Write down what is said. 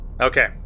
Okay